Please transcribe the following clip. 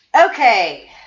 okay